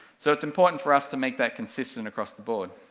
so it's important for us to make that consistent across the board,